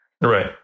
right